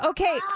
Okay